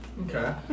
Okay